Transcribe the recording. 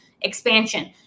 expansion